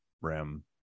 RAM